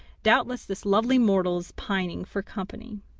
doubtless this lovely mortal is pining for company.